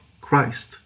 Christ